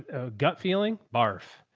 a gut feeling barf,